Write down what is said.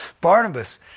Barnabas